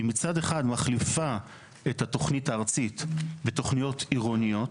היא מצד אחד מחליפה את התוכנית הארצית בתוכניות עירוניות,